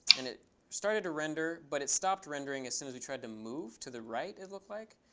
and it started to render, but it stopped rendering as soon as we tried to move to the right it looked like.